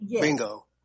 Bingo